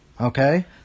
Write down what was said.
Okay